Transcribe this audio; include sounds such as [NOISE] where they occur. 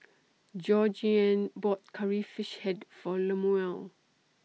[NOISE] Georgeann bought Curry Fish Head For Lemuel